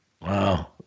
Wow